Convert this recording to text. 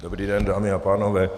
Dobrý den, dámy a pánové.